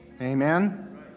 amen